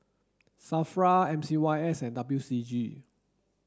SAFRA M C Y S and W C G